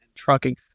Trucking